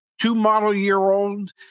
two-model-year-old